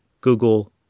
google